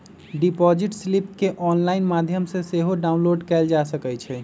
deposit slip केंऑनलाइन माध्यम से सेहो डाउनलोड कएल जा सकइ छइ